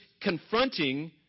confronting